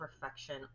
perfection